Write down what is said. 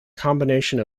combination